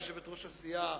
יושבת-ראש הסיעה,